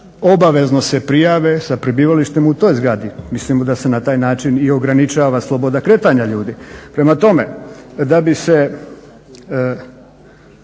obavezno se prijave sa prebivalištem u toj zgradi. Mislimo da se na taj način i ograničava sloboda kretanja ljudi. Prema tome, da bi se